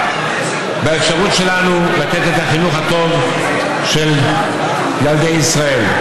באפשרות שלנו לתת את החינוך הטוב של ילדי ישראל.